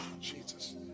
Jesus